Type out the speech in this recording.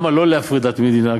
לא להפריד דת ומדינה,